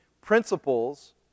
principles